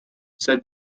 said